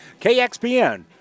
KXPN